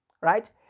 right